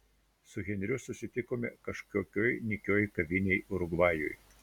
su henriu susitikome kažkokioj nykioj kavinėj urugvajui